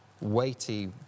weighty